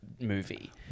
movie